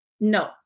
no